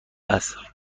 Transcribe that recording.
است